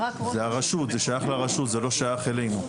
זה שייך לרשות, לא אלינו.